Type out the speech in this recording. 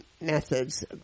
methods